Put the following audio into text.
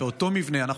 איש רחובות.